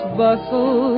bustle